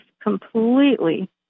completely